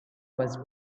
was